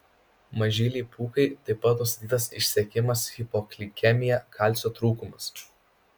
mažylei pūkai taip pat nustatytas išsekimas hipoglikemija kalcio trūkumas